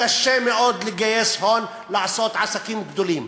וקשה מאוד לגייס הון לעשות עסקים גדולים,